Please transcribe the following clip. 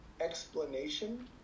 explanation